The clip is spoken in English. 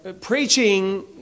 preaching